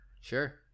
Sure